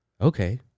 Okay